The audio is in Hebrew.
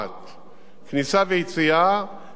גם לכיוון אזור התעשייה הגדול שבונים שם.